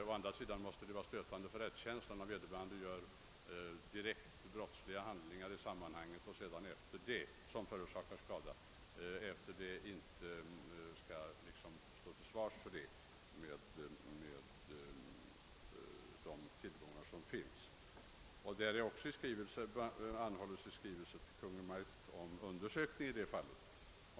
Å andra sidan är det stötande för rättskänslan, om en person efter en direkt brottslig handling som förorsakar arbetsgivaren skada inte får stå till svars och gottgöra skadan. Reservationen mynnar ut i en hemställan om att riksdagen i skrivelse till Kungl. Maj:t begär en undersökning.